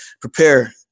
prepare